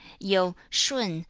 you, shun,